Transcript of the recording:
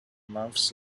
months